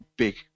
big